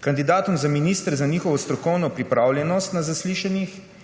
kandidatom za ministre za njihovo strokovno pripravljenost na zaslišanjih